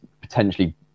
potentially